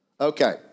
okay